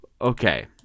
Okay